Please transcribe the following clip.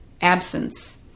absence